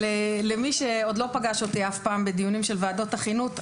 למי שעוד לא פגש אותי אף פעם בדיונים של ועדות החינוך,